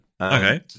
Okay